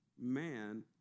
man